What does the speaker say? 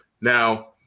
Now